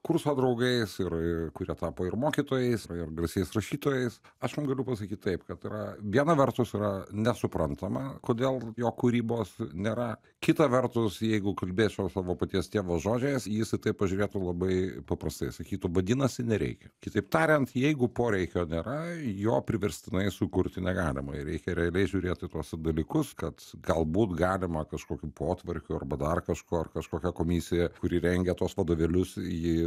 kurso draugais ir kurie tapo ir mokytojais ir garsiais rašytojais aš galiu pasakyt taip kad yra viena vertus yra nesuprantama kodėl jo kūrybos nėra kita vertus jeigu kalbėčiau savo paties tėvo žodžiais jis į tai pažiūrėtų labai paprastai sakytų vadinasi nereikia kitaip tariant jeigu poreikio nėra jo priverstinai sukurti negalima reikia realiai žiūrėt į tuos dalykus kad galbūt galima kažkokiu potvarkiu arba dar kažkuo ar kažkokia komisija kuri rengia tuos vadovėlius ji